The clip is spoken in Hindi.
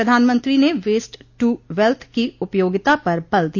प्रधानमंत्री ने वेस्ट टू वेल्थ की उपयोगिता पर बल दिया